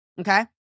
okay